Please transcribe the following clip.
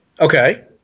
Okay